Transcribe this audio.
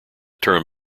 term